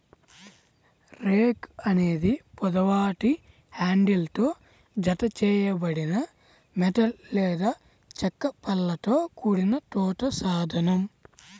rake అనేది పొడవాటి హ్యాండిల్తో జతచేయబడిన మెటల్ లేదా చెక్క పళ్ళతో కూడిన తోట సాధనం